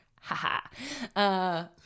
Ha-ha